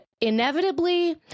inevitably